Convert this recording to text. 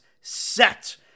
set